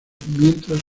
mientras